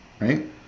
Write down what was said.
right